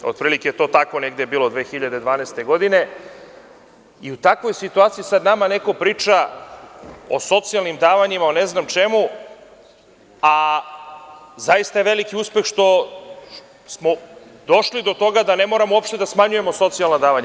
Otprilike je to tako bilo 2012. godine i u takvoj situaciji sada nama neko priča o socijalnim davanjima, o ne znam čemu, a zaista je veliki uspeh što smo došli do toga da ne moramo uopšte da smanjujemo socijalna davanja.